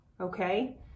okay